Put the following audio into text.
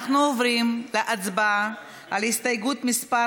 אנחנו עוברים להצבעה על הסתייגות מס'